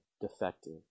defective